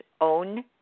own